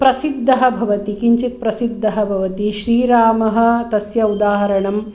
प्रसिद्धः भवति किञ्चित् प्रसिद्धः भवति श्रीरामः तस्य उदाहरणं